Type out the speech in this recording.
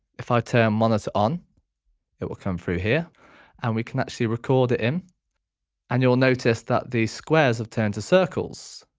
if i turn monitor on it will come through here and we can actually record it in and you'll notice that the squares have turned to circles.